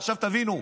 עכשיו תבינו,